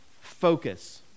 Focus